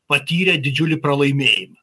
patyrę didžiulį pralaimėjimą